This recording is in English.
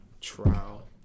trial